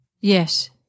yes